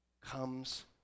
comes